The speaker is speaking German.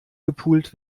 gepult